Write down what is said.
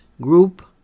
group